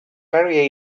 very